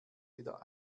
wieder